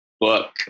book